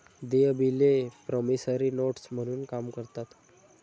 देय बिले promissory notes म्हणून काम करतात